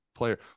player